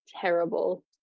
terrible